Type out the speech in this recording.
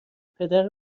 پدر